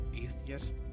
atheist